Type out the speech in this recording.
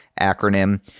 acronym